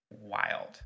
wild